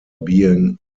being